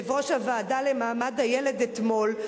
יושב-ראש הוועדה למעמד הילד אתמול,